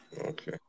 Okay